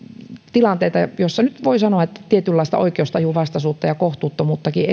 tilanteita joissa esiintyy voi sanoa tietynlaista oikeustajun vastaisuutta ja kohtuuttomuuttakin